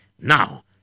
Now